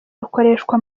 rukoreshwa